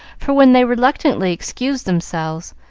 for when they reluctantly excused themselves,